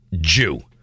Jew